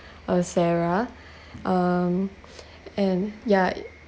uh sarah um and yeah it